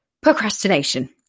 Procrastination